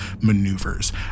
maneuvers